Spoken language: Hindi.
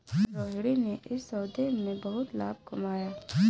रोहिणी ने इस सौदे में बहुत लाभ कमाया